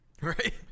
Right